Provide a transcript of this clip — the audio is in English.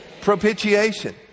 propitiation